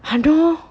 !hannor!